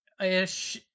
ish